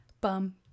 Bum